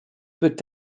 peut